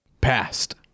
Past